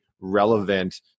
relevant